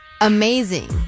amazing